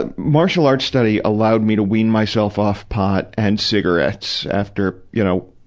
and martial arts study allowed me to ween myself off pot and cigarettes after, you know,